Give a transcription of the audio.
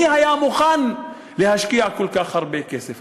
מי היה מוכן להשקיע כל כך הרבה כסף?